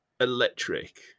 electric